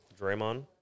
Draymond